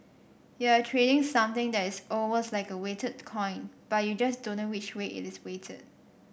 you're trading something that is almost like a weighted coin but you just don't know which way it is weighted